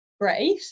great